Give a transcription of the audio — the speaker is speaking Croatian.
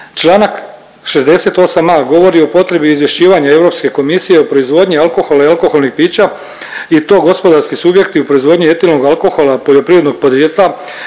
Članak 68a. govori o potrebi izvješćivanja Europske komisije o proizvodnji alkohola i alkoholnih pića i to gospodarski subjekti u proizvodnji etilnog alkohola poljoprivrednog podrijetla